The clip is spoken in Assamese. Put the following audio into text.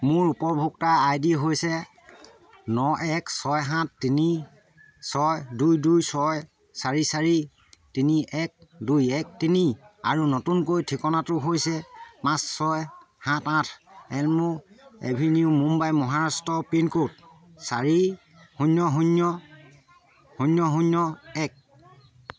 মোৰ উপভোক্তা আই ডি হৈছে ন এক ছয় সাত তিনি ছয় দুই দুই ছয় চাৰি চাৰি তিনি এক দুই এক তিনি আৰু নতুনকৈ ঠিকনাটো হৈছে পাঁচ ছয় সাত আঠ Elm Avenue Mumbai Maharashtra pincode চাৰি শূন্য শূন্য শূন্য শূন্য এক